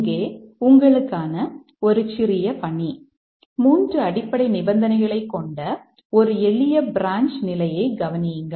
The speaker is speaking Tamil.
இங்கே உங்களுக்கான ஒரு சிறிய பணி 3 அடிப்படை நிபந்தனைகளைக் கொண்ட ஒரு எளிய பிரான்ச் நிலையை கவனியுங்கள்